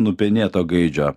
nupenėto gaidžio